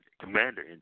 Commander